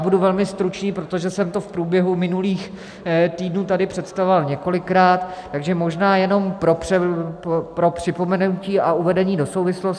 Budu velmi stručný, protože jsem to v průběhu minulých týdnů tady představoval několikrát, takže možná jenom pro připomenutí a uvedení do souvislostí.